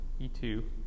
E2